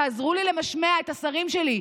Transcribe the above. תעזרו לי למשמע את השרים שלי,